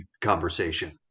conversation